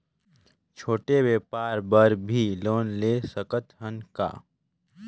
छोटे व्यापार बर भी लोन ले सकत हन का?